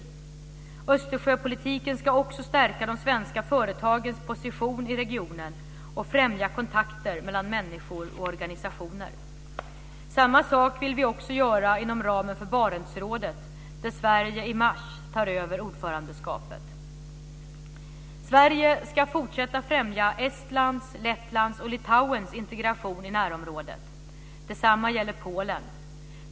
Östersjöpolitiken ska också stärka de svenska företagens position i regionen, och främja kontakter mellan människor och organisationer. Samma sak vill vi också göra inom ramen för Barentsrådet där Sverige i mars tar över ordförandeskapet. Sverige ska fortsätta att främja Estlands, Lettlands och Litauens integration i närområdet. Detsamma gäller Polen.